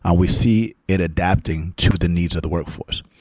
ah we see it adapting to the needs of the workforce.